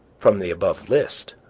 from the above list,